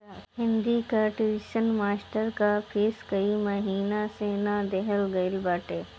हिंदी कअ tuition master कअ fees कई महिना से ना देहल गईल बाटे